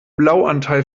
blauanteil